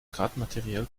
kartenmaterial